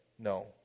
No